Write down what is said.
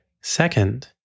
Second